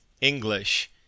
English